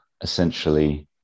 essentially